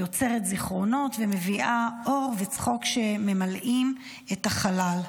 היא יוצרת זיכרונות ומביאה אור וצחוק שממלאים את החלל.